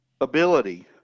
ability